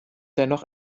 dennoch